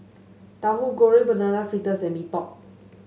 Tauhu Goreng Banana Fritters and Mee Pok